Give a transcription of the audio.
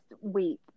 week